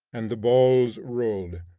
and the balls rolled.